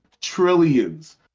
trillions